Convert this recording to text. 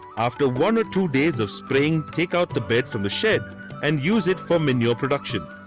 after one or two days of spraying take out the bed from the shed and use it for manure production.